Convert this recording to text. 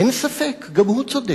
אין ספק, גם הוא צודק.